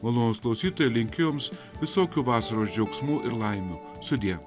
malonūs klausytojai linkiu jums visokių vasaros džiaugsmų ir laimių sudie